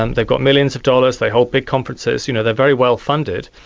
and they've got millions of dollars, they hold big conferences, you know, they're very well-funded,